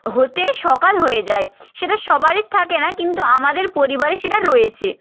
হতে সকাল হয়ে যায় সেটা সবারই থাকে না কিন্তু আমাদের পরিবারে সেটা রয়েছে